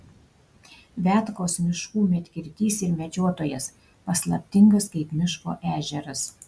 viatkos miškų medkirtys ir medžiotojas paslaptingas kaip miško ežeras